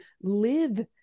live